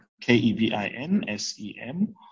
K-E-V-I-N-S-E-M